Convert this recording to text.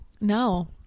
No